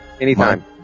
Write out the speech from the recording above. anytime